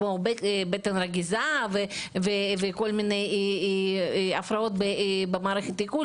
כמו מעי רגיז וכל מיני הפרעות במערכת העיכול,